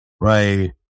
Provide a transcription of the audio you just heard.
Right